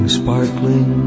sparkling